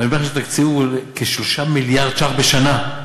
ואני אומר לך שהתקציב הוא כ-3 מיליארד בשנה.